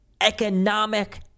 economic